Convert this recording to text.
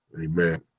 amen